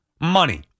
money